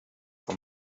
for